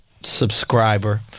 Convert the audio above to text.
subscriber